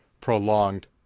prolonged